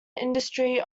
industry